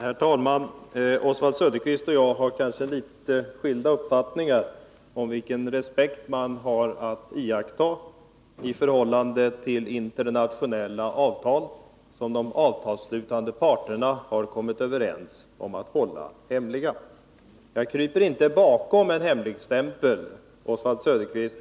Herr talman! Oswald Söderqvist och jag har kanske litet skilda uppfattningar om vilken respekt man har att iaktta i förhållande till internationella avtal, som de avtalsslutande parterna har kommit överens om att hålla hemliga. Jag kryper inte bakom en hemligstämpel, Oswald Söderqvist,